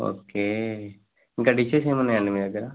okay ఇంకా dishes ఏమన్నాయండి మీ దగ్గర